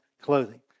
clothing